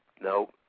No